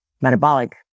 metabolic